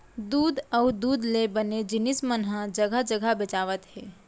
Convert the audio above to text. दूद अउ दूद ले बने जिनिस मन ह जघा जघा बेचावत हे